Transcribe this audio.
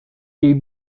jej